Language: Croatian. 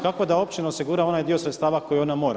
Kako da općina osigura onaj dio sredstava koji ona mora?